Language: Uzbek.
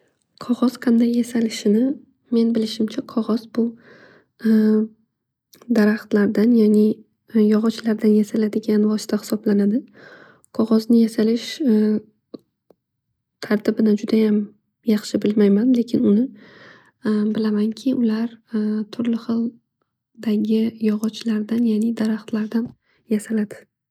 Qog'oz qanday yasalishini men bilishimcha qog'oz bu daraxtlardan yani yog'ochlardan yasaladigan vosita hisoblanadi. Qog'ozni yasalish tartibini judayam yaxshi bilmayman lekin uni bilamanki ular turli xildagi yog'ochlardan daraxtlardan yasaladi.